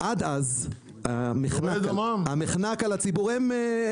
עד אז המחנק על הציבור --- יורד המע"מ?